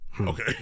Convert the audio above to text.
Okay